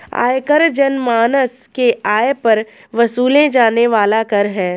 आयकर जनमानस के आय पर वसूले जाने वाला कर है